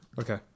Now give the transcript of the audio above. Okay